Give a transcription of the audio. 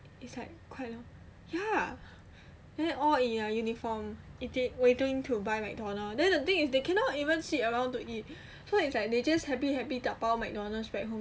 it's like quite ya and all in their uniform waiting to buy McDonald's then the thing is they cannot even sit around to eat so it's like they just happy happy dabao McDonald's back home